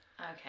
okay